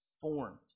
formed